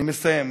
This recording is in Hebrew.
אני מסיים.